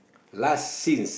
last since